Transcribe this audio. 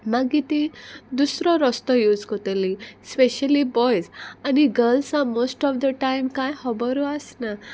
मागीर ती दुसरो रस्तो यूज कोत्तली स्पेशली बॉयज आनी गर्ल्सां मोस्ट ऑफ द टायम कांय होबरू आसना